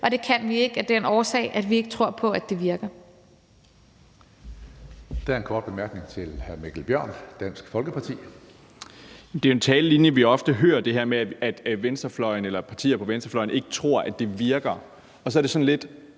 og det kan vi ikke af den årsag, at vi ikke tror på, det virker.